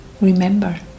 remember